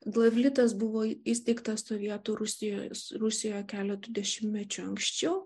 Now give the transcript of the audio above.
glavlitas buvo įsteigta sovietų rusijos rusijoje keletu dešimtmečių anksčiau